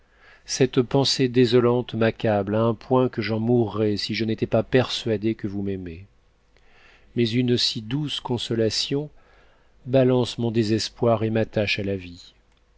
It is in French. cette pensée déso amte m'accable à un point que j'en mourrais si je n'étais pas persuadée que vous m'aimez mais une si douce consolation balance mon désespoir et m'attache à la vie